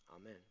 Amen